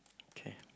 okay